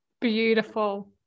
Beautiful